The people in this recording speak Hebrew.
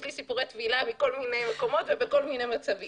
יש לי סיפורי טבילה מכל מיני מקומות ומכל מיני מצבים.